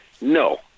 No